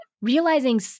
realizing